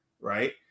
right